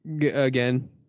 Again